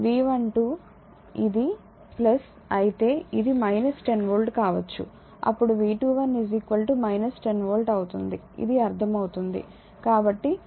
V12 ఇది అయితే ఇది 10 వోల్ట్ కావచ్చు అప్పుడు V21 10 వోల్ట్ అవుతుంది ఇది అర్థమవుతుంది